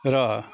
र